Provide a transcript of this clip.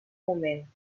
moment